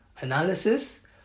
analysis